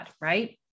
right